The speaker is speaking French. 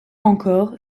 encore